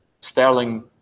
Sterling